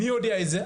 מי יודע את זה?